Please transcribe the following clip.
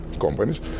companies